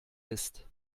ist